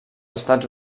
estats